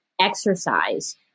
exercise